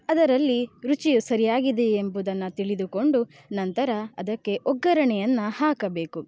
ಅದರಲ್ಲಿ ರುಚಿಯು ಸರಿಯಾಗಿದೆಯೇ ಎಂಬುದನ್ನು ತಿಳಿದುಕೊಂಡು ನಂತರ ಅದಕ್ಕೆ ಒಗ್ಗರಣೆಯನ್ನು ಹಾಕಬೇಕು